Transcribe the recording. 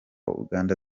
uganda